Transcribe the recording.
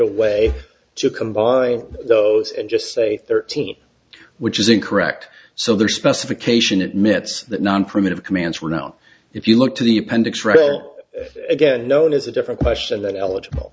a way to combine those and just say thirteen which is incorrect so the specification admits that non primitive commands were not if you look to the appendix read again known as a different question that eligible